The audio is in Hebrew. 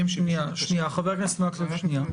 חבר הכנסת מקלב, שנייה.